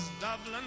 Dublin